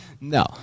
No